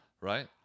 right